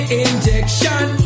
injection